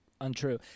untrue